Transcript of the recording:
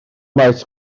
maes